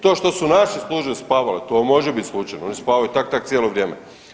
To što su naše službe spavale to može biti slučajno, oni spavaju tak i tak cijelo vrijeme.